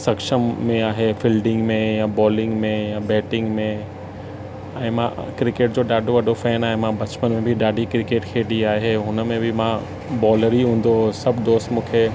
सक्षम में आहे फिल्डिंग में या बॉलिंग में या बेटिंग में ऐं मां क्रिकेट जो ॾाढो वॾो फैन आहियां मां बचपन में बि ॾाढी क्रिकेट खेॾी आहे हुनमें बि मां बॉलर ई हूंदो हुउसि सभु दोस्त मूंखे